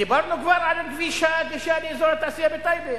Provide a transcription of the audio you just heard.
דיברנו כבר על כביש הגישה לאזור התעשייה בטייבה?